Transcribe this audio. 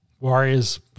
Warriors